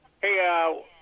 Hey